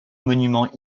monument